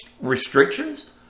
restrictions